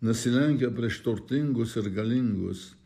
nusilenkia prieš turtingus ir galingus